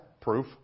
Proof